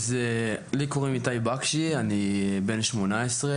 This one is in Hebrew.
אני בן 18,